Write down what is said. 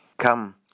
Come